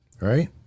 right